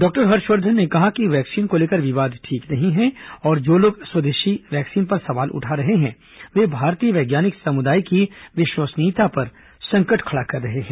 doctor Harshvardhan ने कहा कि वैक्सीन को लेकर विवाद ठीक नहीं है और जो लोग स्वदेशी वैक्सीन पर सवाल उठा रहे हैं वे भारतीय वैज्ञानिक समुदाय की विश्वसनीयता पर संकट खड़ा कर रहे हैं